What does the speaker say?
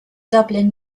dublin